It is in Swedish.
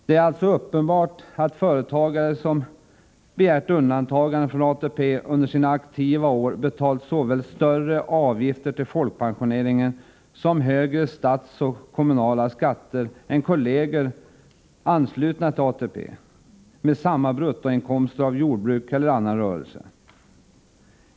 Det är alltså uppenbart att företagare som begärt undantagande från ATP under sina aktiva år betalt såväl större avgifter till folkpensioneringen som högre statsoch kommunala skatter än kolleger, anslutna till ATP, med samma bruttoinkomster av jordbruk eller annan rörelse.